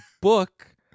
book